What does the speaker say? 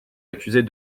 accuser